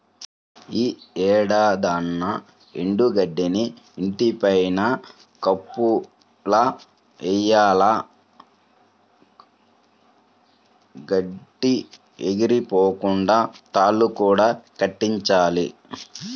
యీ ఏడాదన్నా ఎండు గడ్డిని ఇంటి పైన కప్పులా వెయ్యాల, గడ్డి ఎగిరిపోకుండా తాళ్ళు కూడా కట్టించాలి